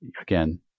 again